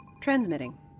Transmitting